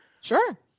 Sure